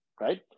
Right